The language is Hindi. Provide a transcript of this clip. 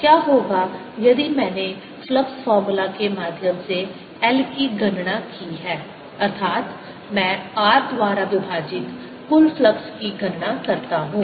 क्या होगा यदि मैंने फ्लक्स फॉर्मूला के माध्यम से L की गणना की है अर्थात् मैं r द्वारा विभाजित कुल फ्लक्स की गणना करता हूं